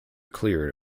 cleared